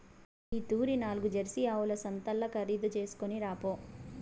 ఈ తూరి నాల్గు జెర్సీ ఆవుల సంతల్ల ఖరీదు చేస్కొని రాపో